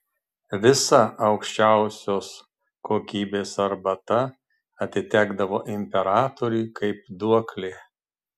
visa aukščiausios kokybės arbata atitekdavo imperatoriui kaip duoklė